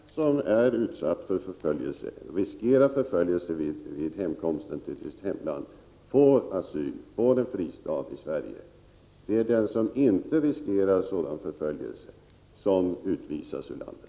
Herr talman! Den som är utsatt för förföljelse och riskerar förföljelse vid hemkomsten till sitt land får asyl, får en fristad i Sverige. Det är den som inte riskerar sådan förföljelse som utvisas ur landet.